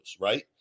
right